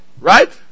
right